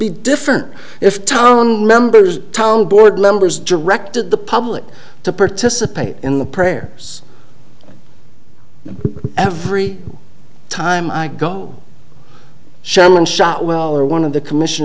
be different if town members town board members directed the public to participate in the prayers every time i go on sherman shot well or one of the commission